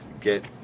get